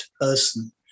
person